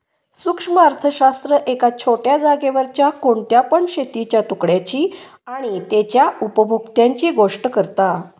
सूक्ष्म अर्थशास्त्र एका छोट्या जागेवरच्या कोणत्या पण शेतीच्या तुकड्याची आणि तेच्या उपभोक्त्यांची गोष्ट करता